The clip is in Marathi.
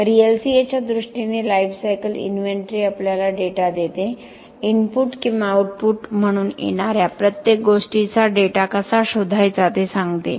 तर LCA च्या दृष्टीने लाइफसायकल इन्व्हेंटरी आपल्याला डेटा देते इनपुट किंवा आउटपुट म्हणून येणाऱ्या प्रत्येक गोष्टीचा डेटा कसा शोधायचा ते सांगते